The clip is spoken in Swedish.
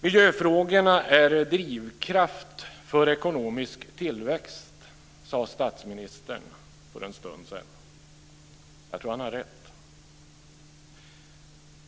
Miljöfrågorna är drivkraft för ekonomisk tillväxt, sade statsministern för en stund sedan. Jag tror att han har rätt.